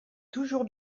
toujours